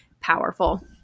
powerful